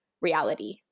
reality